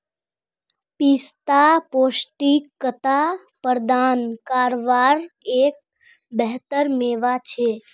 पिस्ता पौष्टिकता प्रदान कारवार एक बेहतर मेवा छे